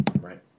right